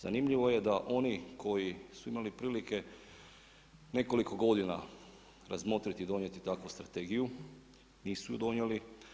Zanimljivo je da oni koji su imali prilike nekoliko godina razmotriti i donijeti takvu strategiju nisu je donijeli.